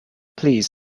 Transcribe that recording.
please